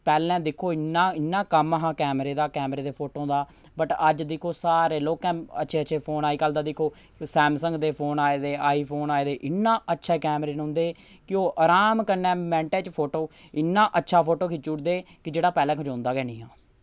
पैह्लें दिक्खो इ'न्ना इ'न्ना कम्म हा कैमरे दा कैमरे दें फोटो दा बट अज्ज दिक्खो सारे लोकें अच्छे अच्छे फोन अजकल्ल ते दिक्खो सैमसंग दे फोन आए दे आई फोन आए दे इ'न्ना अच्छा कैमरे न उं'दे केह् ओह् अराम कन्नै मैंटें च फोटो इ'न्ना अच्छा फोटो खिच्ची ओड़दे कि जेह्ड़ा पैह्लें खचोंदा गै निं हा